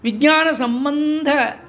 विज्ञानसम्बन्धानि